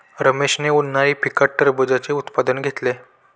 रमेशने उन्हाळी पिकात टरबूजाचे उत्पादन घेतले